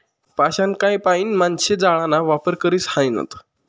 पाषाणकाय पाईन माणशे जाळाना वापर करी ह्रायनात